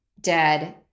dead